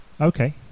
Okay